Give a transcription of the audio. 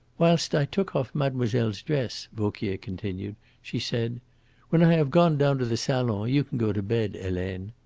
whilst i took off mademoiselle's dress, vauquier continued, she said when i have gone down to the salon you can go to bed, helene.